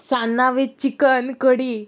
सान्नां वीत चिकन कडी